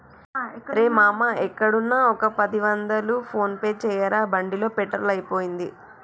రేయ్ మామా ఎక్కడున్నా ఒక పది వందలు ఫోన్ పే చేయరా బండిలో పెట్రోల్ అయిపోయింది